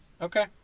Okay